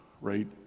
right